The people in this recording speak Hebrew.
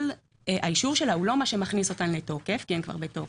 אבל האישור שלהן הוא לא מה שמכניס אותן לתוקף כי הן כבר בתוקף.